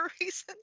reasons